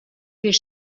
bir